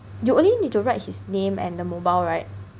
you only need to write his name and the mobile right